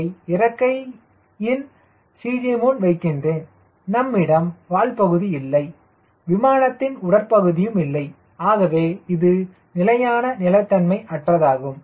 யை இறக்கையின் CG முன் வைக்கின்றேன் நம்மிடம் வால்பகுதி இல்லை விமானத்தின் உடற் பகுதியும் இல்லை ஆகவே இது நிலையான நிலைத்தன்மை அற்றதாகும்